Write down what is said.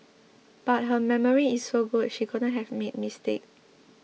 but her memory is so good she couldn't have made mistake